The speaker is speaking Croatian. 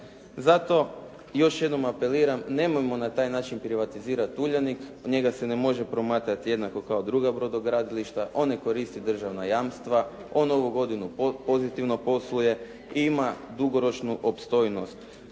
Zato još jednom apeliram nemojmo na taj način privatizirati Uljanik. Njega se ne može promatrati jednako kao druga brodogradilišta. On ne koristi državna jamstva. On ovu godinu pozitivno posluje i ima dugoročnu opstojnost.